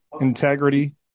integrity